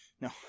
No